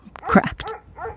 Cracked